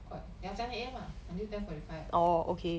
ya ten A_M lah until ten forty five